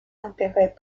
intérêts